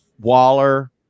Waller